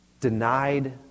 denied